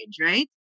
right